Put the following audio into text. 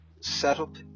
setup